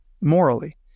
morally